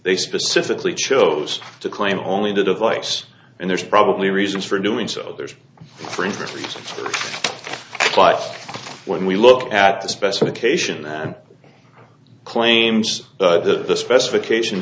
they specifically chose to claim only the device and there's probably reasons for doing so there's printers when we look at the specification and claims that the specification